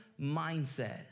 mindset